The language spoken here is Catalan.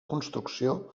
construcció